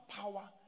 power